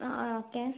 okay